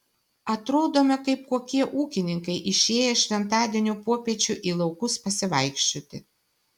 atrodome kaip kokie ūkininkai išėję šventadienio popiečiu į laukus pasivaikščioti